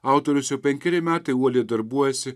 autorius jau penkeri metai uoliai darbuojasi